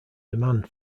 demand